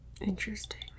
interesting